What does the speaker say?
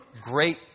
great